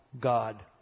God